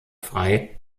frey